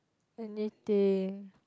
anything